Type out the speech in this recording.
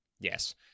Yes